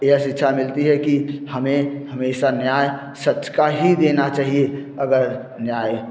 यह शिक्षा मिलती है कि हमें हमें इस न्याय सच का ही देना चाहिए अगर न्याय